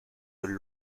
seule